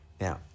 Now